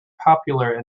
popular